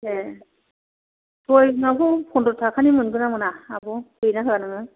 ए सबाइ बिमाखौ फनद्र थाखानि मोनगोन ना मोना आब' होयो ना होआ नोङो